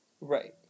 Right